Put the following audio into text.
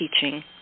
teaching